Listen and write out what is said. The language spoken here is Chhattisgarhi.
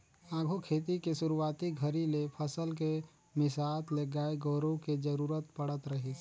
आघु खेती के सुरूवाती घरी ले फसल के मिसात ले गाय गोरु के जरूरत पड़त रहीस